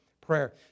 prayer